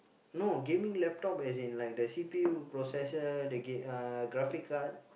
no gaming laptop as in like the C_P_U processor they get uh graphic card